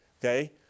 Okay